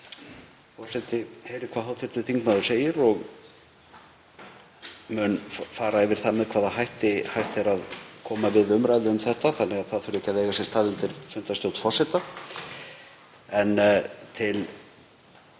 Forseti heyrir hvað hv. þingmaður segir og mun fara yfir það með hvaða hætti hægt er að koma við umræðu um þetta þannig að það þurfi ekki að eiga sér stað undir fundarstjórn forseta.